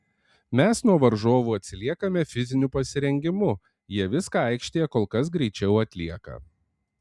mes nuo varžovų atsiliekame fiziniu pasirengimu jie viską aikštėje kol kas greičiau atlieka